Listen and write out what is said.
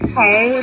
hey